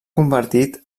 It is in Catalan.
convertit